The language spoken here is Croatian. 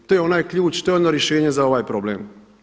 To je onaj ključ, to je ono rješenje za ovaj problem.